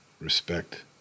respect